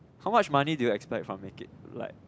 how much money do you expect from like